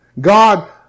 God